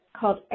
called